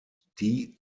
die